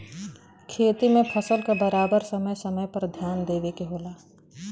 खेती में फसल क बराबर समय समय पर ध्यान देवे के होला